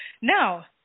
Now